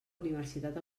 universitat